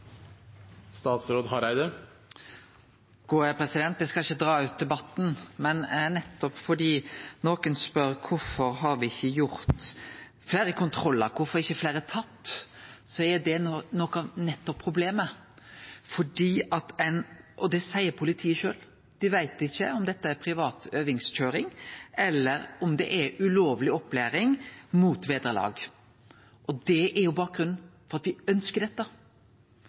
Eg skal ikkje dra ut debatten, men når nokon spør kvifor me ikkje har hatt fleire kontrollar, kvifor ikkje fleire er tatt, er det noko av problemet, og det seier politiet sjølv. Dei veit ikkje om dette er privat øvingskøyring eller om det er ulovleg opplæring mot vederlag. Det er bakgrunnen for at me ønskjer dette.